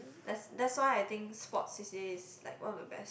that's that's why I think sports C_C_A is like one of the best